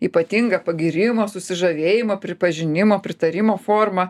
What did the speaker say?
ypatinga pagyrimo susižavėjimo pripažinimo pritarimo forma